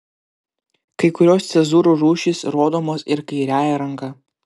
kai kurios cezūrų rūšys rodomos ir kairiąja ranka